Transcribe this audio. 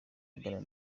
aganira